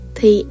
Thì